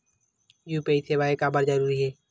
UPI सेवाएं काबर जरूरी हे?